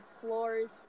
floors